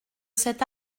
cet